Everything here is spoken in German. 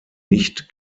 nicht